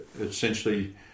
essentially